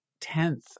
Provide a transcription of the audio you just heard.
tenth